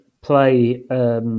play